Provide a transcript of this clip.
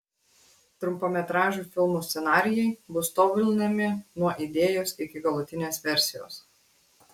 trumpametražių filmų scenarijai bus tobulinami nuo idėjos iki galutinės versijos